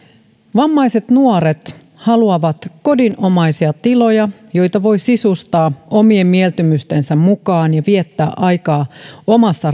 vammaiset nuoret haluavat kodinomaisia tiloja joita voi sisustaa omien mieltymystensä mukaan ja joissa viettää aikaa omassa rauhassa